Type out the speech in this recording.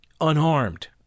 unharmed